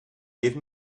give